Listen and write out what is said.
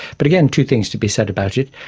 but again, two things to be said about it.